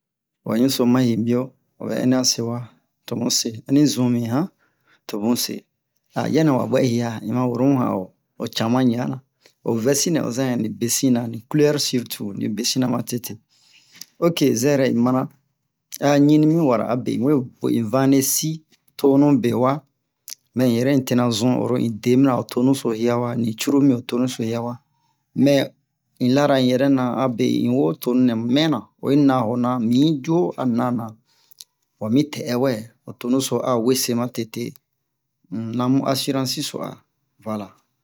Wa ɲuso mahibio obɛ ɛnian se wa to muse ani zun han to muse yanni wa buɛ un hia n ma woro mu han o o canma ɲianna o vɛsi nɛ o zan yɛ ni besinna ni kulɛru sirtu ni besinna matete ok zɛrɛ n mana a a ɲini mi wara abe n we bo n vanlesi tonu bewa mɛ yɛrɛ tena zun oro n de mana ho hiawa ni curulu mi ho tonu so hiawa mɛ n lara n yɛrɛ na abe n woho tonu nɛ mɛna o yi na ho na mi yi cu ho a nana wa mi yi cu ho a nana wa mi tɛ'ɛ wɛ o tonu so a wese tete n na mu assurance so a voila